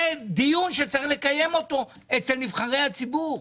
זה דיון שצריך לקיים אצל נבחרי הציבור.